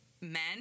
men